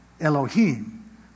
Elohim